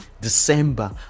December